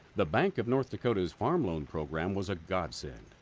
the bank of north dakota's farm loan program was a godsend.